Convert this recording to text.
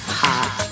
hot